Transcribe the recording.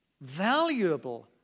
valuable